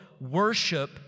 worship